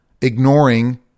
ignoring